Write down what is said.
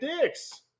dicks